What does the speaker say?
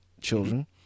children